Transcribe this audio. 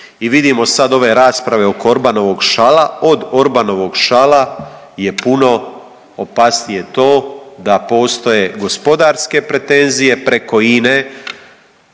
i vidimo sad ove rasprave oko Orbanovog šala, od Orbanovog šala je puno opasnije to da postoje gospodarske pretenzije preko